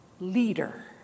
leader